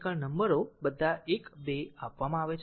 સમીકરણ નંબરો બધા 1 2 આપવામાં આવે છે